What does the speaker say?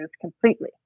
completely